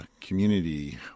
community